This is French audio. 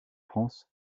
france